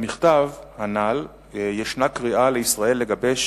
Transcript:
במכתב הנ"ל ישנה קריאה לישראל לגבש